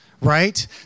Right